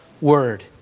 word